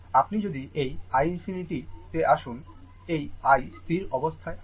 আপনি যদি এই i ∞ তে আসুন এই i স্থির অবস্থায় আছে